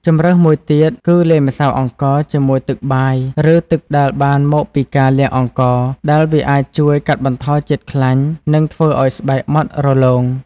ជម្រើសមួយទៀតគឺ លាយម្សៅអង្ករជាមួយទឹកបាយ ឬទឹកដែលបានមកពីការលាងអង្ករ ដែលវាអាចជួយកាត់បន្ថយជាតិខ្លាញ់ និងធ្វើឱ្យស្បែកម៉ត់រលោង។